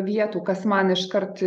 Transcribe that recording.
vietų kas man iškart